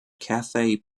cathay